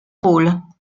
rôle